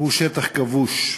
היא שטח כבוש.